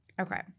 Okay